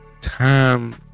time